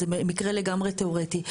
זה מקרה לגמרי תיאורטי.